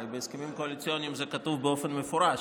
הרי בהסכמים הקואליציוניים זה כתוב באופן מפורש,